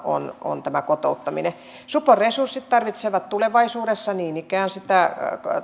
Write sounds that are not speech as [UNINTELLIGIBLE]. [UNINTELLIGIBLE] on on tämä kotouttaminen supon resurssit tarvitsevat tulevaisuudessa niin ikään sitä